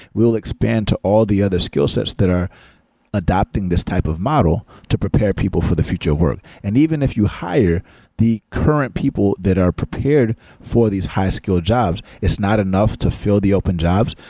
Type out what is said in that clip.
we will expand to all the other skillsets that are adapting this type of model to prepare people for the future of work. and even if you hire the current people that are prepared for these high-skill jobs, it's not enough to fill the open jobs.